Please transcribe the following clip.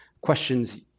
questions